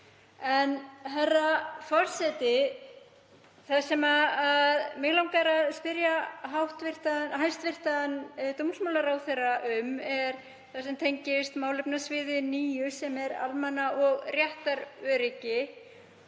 En, herra forseti, það sem mig langar að spyrja hæstv. dómsmálaráðherra um er það sem tengist málefnasviði 9, sem er almanna- og réttaröryggi.